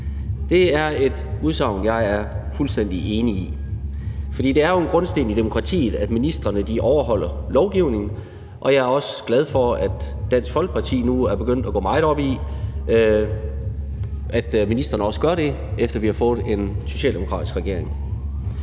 Det er et udsagn, jeg er fuldstændig enig i. For det er jo en grundsten i demokratiet, at ministrene overholder lovgivningen, og jeg er glad for, at Dansk Folkeparti nu er begyndt at gå meget op i, at ministrene også gør det, efter at vi har fået en socialdemokratisk regering.